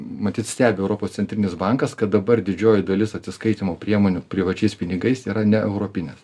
matyt stebi europos centrinis bankas kad dabar didžioji dalis atsiskaitymo priemonių privačiais pinigais yra ne europinės